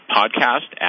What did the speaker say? podcast